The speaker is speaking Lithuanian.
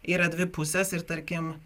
yra dvi pusės ir tarkim